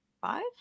five